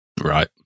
Right